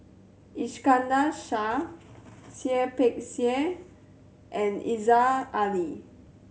Iskandar Shah Seah Peck Seah and Aziza Ali